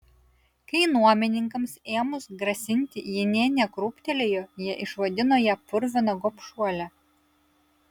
kai nuomininkams ėmus grasinti ji nė nekrūptelėjo jie išvadino ją purvina gobšuole